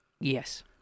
Yes